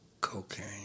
cocaine